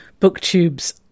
Booktube's